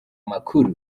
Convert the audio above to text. makuru